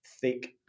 thick